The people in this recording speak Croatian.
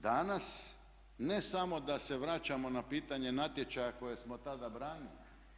Danas ne samo da se vraćamo na pitanje natječaja koje smo tada branili.